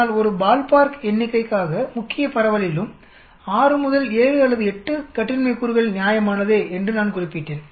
ஆனால் ஒரு பால்பார்க் எண்ணிக்கைக்காகமுக்கிய பரவலிலும்6 முதல் 7 அல்லது 8 கட்டின்மை கூறுகள் நியாயமானதே என்று நான் குறிப்பிட்டேன்